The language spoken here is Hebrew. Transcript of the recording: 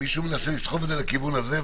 לסחוב את זה לכיוון הזה,